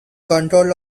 control